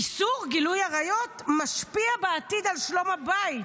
איסור גילוי עריות משפיע בעתיד על שלום הבית,